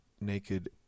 naked